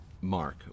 Mark